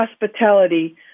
hospitality